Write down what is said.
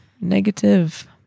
Negative